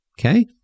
Okay